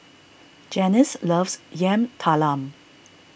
Janice loves Yam Talam